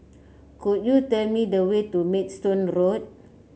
could you tell me the way to Maidstone Road